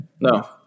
no